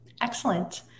excellent